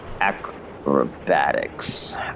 acrobatics